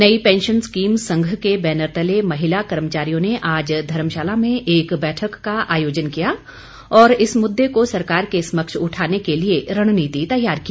नई pension scheme संघ के बैनर तले महिला कर्मचारियों ने आज धर्मशाला में एक बैठक का आयोजन किया और इस मुद्दे को सरकार के समक्ष उठाने के लिए रणनीति तैयार की